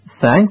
Thank